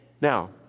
Now